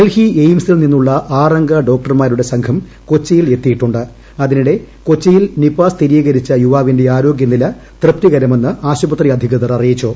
ഡൽഹി എയിംസിൽ നിന്നുള്ള ആറംഗ ഡോക്ടർമാരുടെ സംഘം കൊച്ചിയിൽ എത്തിയിട്ടു അതിനിടെ കൊച്ചിയിൽ നിപ സ്ഥിരീകരിച്ച യുവാവിന്റെ ആരോഗ്യനില തൃപ്തികരമെന്ന് ആശുപത്രി അധികൃതർ അറിയിച്ചു